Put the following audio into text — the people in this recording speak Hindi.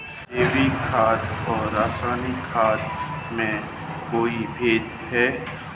जैविक खाद और रासायनिक खाद में कोई भेद है?